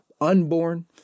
unborn